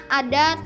ada